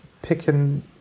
picking